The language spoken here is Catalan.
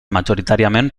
majoritàriament